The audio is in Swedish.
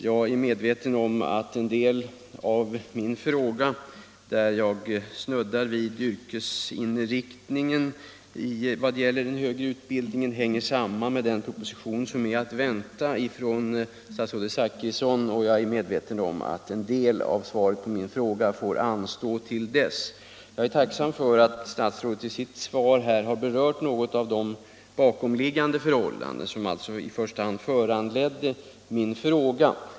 Jag är medveten om att den del av min fråga, där jag snuddar vid den yrkesinriktade högre utbildningen, hänger samman med den proposition som är att vänta ifrån statsrådet Zachrisson, och att en del av svaret på min fråga får anstå till dess. Jag är tacksam för att statsrådet i sitt svar här har berört de bakomliggande förhållanden som föranledde min fråga.